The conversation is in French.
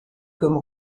comme